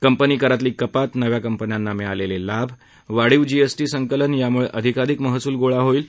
company करातली कपात नव्या कंपन्यांना मिळालेले लाभ वाढीव जीएसटी संकलन यामुळे अधिकाधिक महसुल गोळा होईल